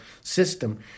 system